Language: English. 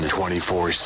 24